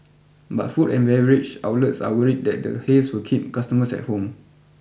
but food and beverage outlets are worried that the haze will keep customers at home